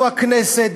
שהוא הכנסת,